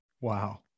Wow